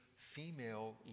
female